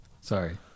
sorry